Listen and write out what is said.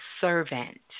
servant